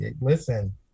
Listen